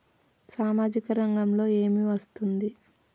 సామాజిక రంగంలో ఏమి వస్తుంది?